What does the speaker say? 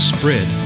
Spread